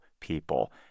people